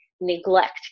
neglect